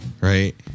right